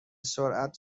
سرعت